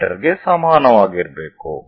me ಗೆ ಸಮಾನವಾಗಿರಬೇಕು